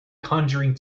conjuring